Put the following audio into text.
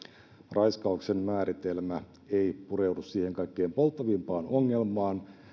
raiskauksen määritelmä ei pureudu siihen kaikkein polttavimpaan ongelmaan